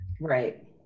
Right